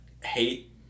hate